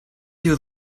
you